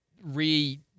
re-